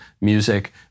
music